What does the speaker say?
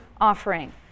offering